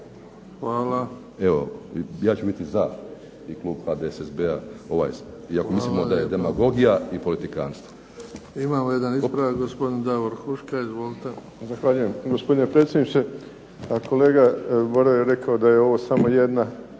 Evo, ja ću biti za i klub HDSSB-a ovaj, iako mislimo da je demagogija i politikanstvo. **Bebić, Luka (HDZ)** Imamo jedan ispravak, gospodin Davor Huška. Izvolite. **Huška, Davor (HDZ)** Zahvaljujem gospodine predsjedniče. Kolega Boro je rekao da je ovo samo jedna